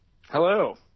Hello